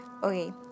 Okay